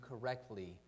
correctly